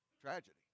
tragedy